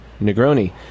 Negroni